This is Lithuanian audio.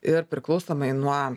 ir priklausomai nuo